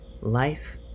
Life